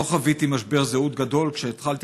לא חוויתי משבר זהות גדול כשהתחלתי